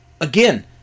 again